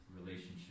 relationship